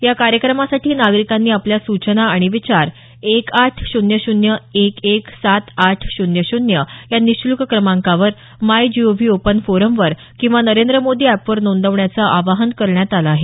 या कार्यक्रमासाठी नागरिकांनी आपल्या सूचना आणि विचार एक आठ शून्य शून्य एक एक सात आठ शून्य शून्य या निशूल्क क्रमांकावर my G O V open फोरमवर किंवा नरेंद्र मोदी अॅप वर नोंदवण्याचं आवाहन करण्यात आलं आहे